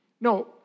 No